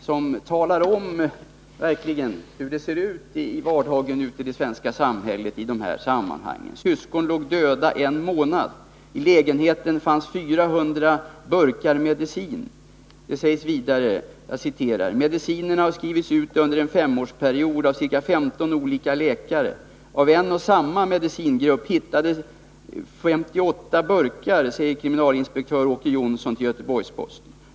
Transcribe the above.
Här talar man verkligen om hur vardagen kan se ut i det svenska samhället: Syskon låg döda en månad. I lägenheten fanns 400 burkar medicin. Vidare sägs det: Medicinerna har skrivits ut under en femårsperiod av ca 15 olika läkare. Av och en samma medicingrupp hittades 58 burkar, säger kriminalinspektör Åke Jonsson till Göteborgs-Posten.